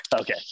okay